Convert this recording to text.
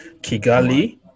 Kigali